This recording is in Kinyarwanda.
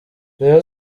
rayon